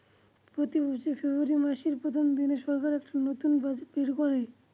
প্রতি বছর ফেব্রুয়ারী মাসের প্রথম দিনে সরকার একটা করে নতুন বাজেট বের করে